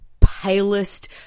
palest